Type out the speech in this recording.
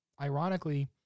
ironically